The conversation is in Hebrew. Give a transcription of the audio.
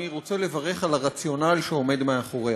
רוצה לברך על הרציונל שעומד מאחוריה.